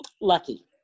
lucky